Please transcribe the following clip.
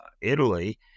Italy